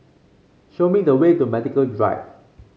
show me the way to Medical Drive